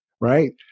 right